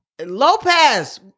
Lopez